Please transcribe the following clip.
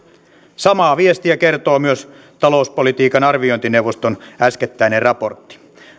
samaa viestiä kertoo myös talouspolitiikan arviointineuvoston äskettäinen raportti